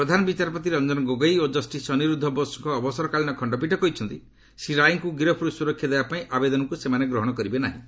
ପ୍ରଧାନ ବିଚାରପତି ରଞ୍ଜନ ଗୋଗୋଇ ଓ ଜଷ୍ଟିସ ଅନିରୁଦ୍ଧ ବୋଷଙ୍କ ଅବସରକାଳୀନ ଖଣ୍ଡପୀଠ କହିଛନ୍ତି ଶ୍ରୀ ରାଇଙ୍କୁ ଗିରଫ୍ରୁ ସୁରକ୍ଷା ଦେବା ପାଇଁ ଆବେଦନକୁ ସେମାନେ ଗ୍ରହଣ କରିବେ ନାହିଁ